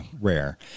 rare